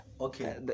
Okay